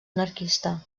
anarquista